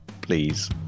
please